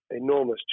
enormous